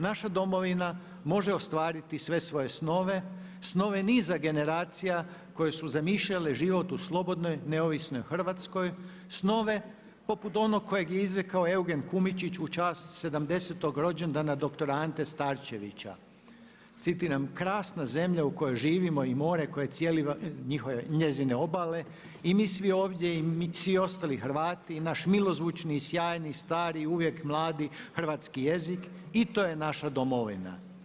Naša domovina može ostvariti sve svoje snove, snove niza generacija koje su zamišljale život u slobodnoj neovisnoj Hrvatskoj, snove poput onoga kojeg je izrekao Eugen Kumičić u čast sedamdesetog rođendana doktora Ante Starčevića, citiram „Krasna zemlja u kojoj živimo i more, cijele njezine obale i mi svi ovdje i mi svi ostali Hrvati i naš milozvučni i sjajni stari uvijek mladi hrvatski jezik, i to je naša domovina.